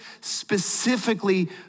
specifically